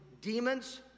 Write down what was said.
demons